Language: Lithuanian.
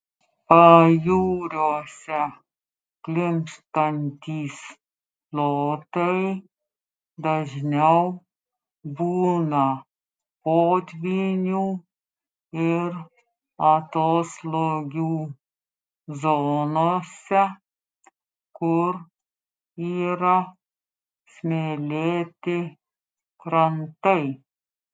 pajūriuose klimpstantys plotai dažniau būna potvynių ir atoslūgių zonose kur yra smėlėti krantai